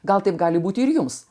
gal taip gali būti ir jums